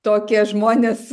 tokie žmonės